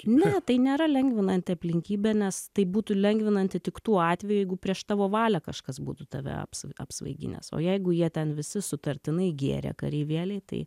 ne tai nėra lengvinanti aplinkybė nes tai būtų lengvinanti tik tuo atveju jeigu prieš tavo valią kažkas būtų tave apsvaiginęs o jeigu jie ten visi sutartinai gėrė kareivėliai tai